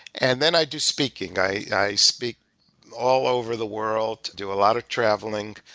and then i do speaking. i speak all over the world, do a lot of traveling,